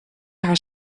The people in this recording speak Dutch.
haar